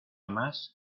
más